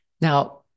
Now